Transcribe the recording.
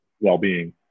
Well-being